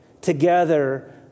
Together